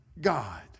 God